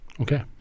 Okay